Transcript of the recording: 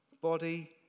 body